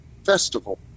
Festival